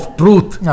truth